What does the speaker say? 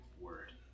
word